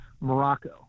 Morocco